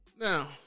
Now